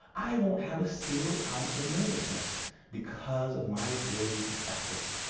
i won't have a single ounce of nervousness because of my ability to practice.